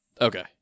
Okay